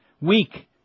Weak